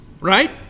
right